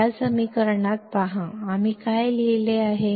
या समीकरणात पहा आम्ही काय लिहिले आहे